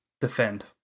Defend